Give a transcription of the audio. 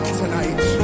tonight